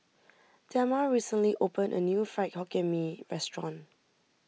Dema recently opened a new Fried Hokkien Mee restaurant